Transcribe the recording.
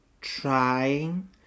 trying